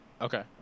Okay